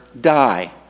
die